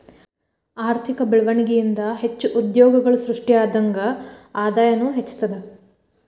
ಆರ್ಥಿಕ ಬೆಳ್ವಣಿಗೆ ಇಂದಾ ಹೆಚ್ಚು ಉದ್ಯೋಗಗಳು ಸೃಷ್ಟಿಯಾದಂಗ್ ಆದಾಯನೂ ಹೆಚ್ತದ